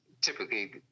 typically